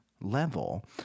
level